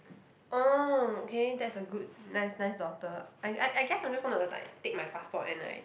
oh okay that's a good nice nice daughter I I guess I just gonna like take my passport and like